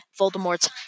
Voldemort's